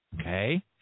Okay